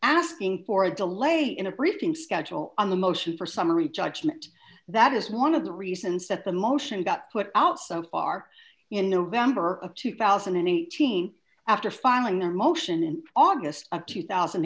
asking for a delay in a briefing schedule on the motion for summary judgment that is one of the reasons that the motion got put out so far in november of two thousand and eighteen after filing a motion in august of two thousand